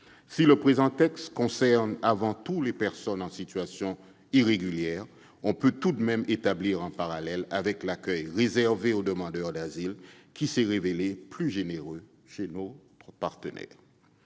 Si le présent texte concerne avant tout les personnes en situation irrégulière, on peut tout de même établir un parallèle avec l'accueil réservé aux demandeurs d'asile, qui s'est révélé plus généreux chez notre partenaire.